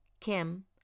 Kim